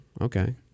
Okay